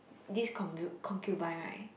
this concu~ concubine right